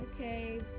Okay